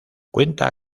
cuenta